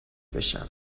بشم